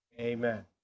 Amen